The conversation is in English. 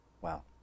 wow